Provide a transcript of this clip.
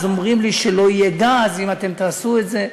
אז אומרים לי שלא יהיה גז אם תעשו את זה.